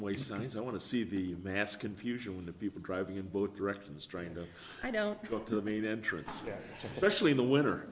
sunny's i want to see the mass confusion when the people driving in both directions trying to i don't go to the main entrance specially in the winter